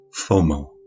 FOMO